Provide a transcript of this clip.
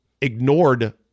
ignored